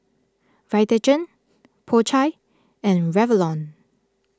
Vitagen Po Chai and Revlon